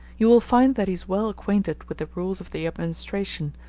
you will find that he is well acquainted with the rules of the administration,